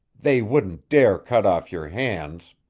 they wouldn't dare cut off your hands!